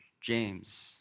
James